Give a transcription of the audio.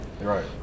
Right